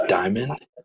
diamond